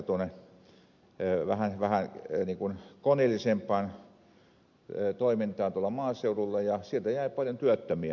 siirryttiin hevosvetoisesta ajasta vähän koneellisempaan toimintaan maaseudulla ja sieltä jäi paljon työttömiä